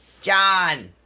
John